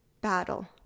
battle